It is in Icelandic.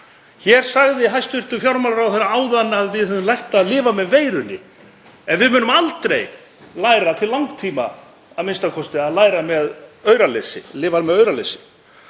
Hér sagði hæstv. fjármálaráðherra áðan að við hefðum lært að lifa með veirunni, en við munum aldrei læra, ekki til langtíma a.m.k., að lifa með auraleysi.